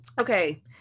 okay